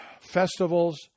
festivals